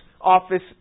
office